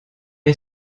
est